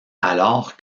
alors